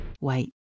Wait